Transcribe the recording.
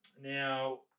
now